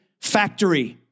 factory